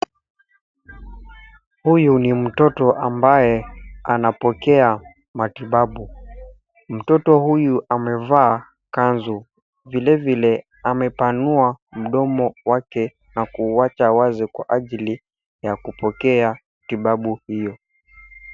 Huyu ni mtoto ambaye anapokea matibabu. Mtoto huyu amevaa kanzu. Vile vile amepanua mdomo wake na kuuacha wazi kwa ajili ya kupokea tibabu hiyo.